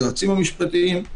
היועצים המשפטיים,